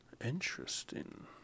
Interesting